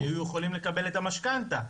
הם היו יכולים לקבל את המשכנתא.